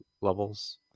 levels